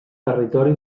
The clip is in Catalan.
territori